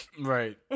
Right